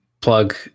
plug